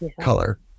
color